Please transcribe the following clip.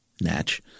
Natch